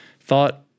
Thought